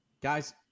Guys